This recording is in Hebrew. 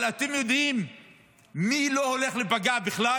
אבל אתם יודעים מי לא הולך להיפגע בכלל?